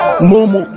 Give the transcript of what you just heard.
Momo